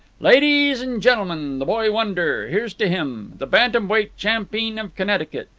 ladeez'n gentlemen, the boy wonder! here's to him! the bantam-weight champeen of connecticut.